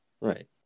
Right